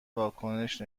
واکنش